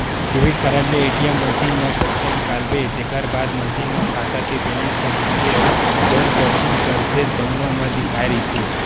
debit card ले ATM machine म पइसा निकालबे तेखर बाद मसीन म खाता के बेलेंस ह दिखथे अउ जउन परची निकलथे तउनो म लिखाए रहिथे